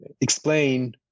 explain